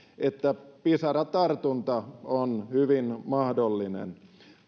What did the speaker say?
että pisaratartunta on hyvin mahdollinen